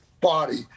body